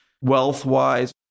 wealth-wise